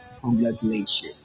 Congratulations